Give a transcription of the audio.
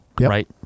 right